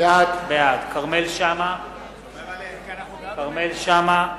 בעד כרמל שאמה,